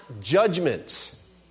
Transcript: judgments